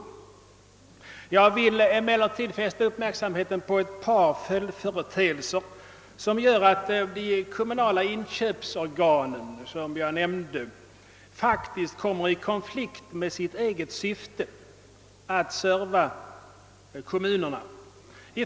Jag vill emellertid fästa uppmärksamheten på ett par följdföreteelser som gör att de kommunala inköpsorganen faktiskt kan komma i konflikt med sitt eget syfte — att vara kommunerna till tjänst.